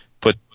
put